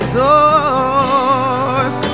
doors